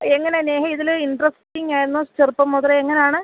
എങ്ങനെയാണ് നേഹ ഇതിൽ ഇൻ്ററസ്റ്റിംങായിരുന്നോ ചെറുപ്പം മുതലേ എങ്ങനെയാണ്